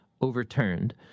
overturned